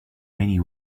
many